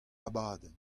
abadenn